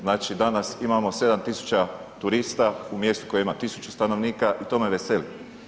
Znači danas imamo 7 tisuća turista u mjestu koje ima 1000 stanovnika i to me veseli.